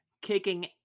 kicking